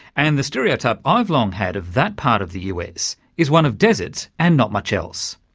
and the stereotype i've long had of that part of the us is one of deserts and not much else.